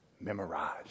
memorize